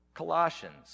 Colossians